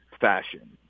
fashion